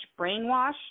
brainwashed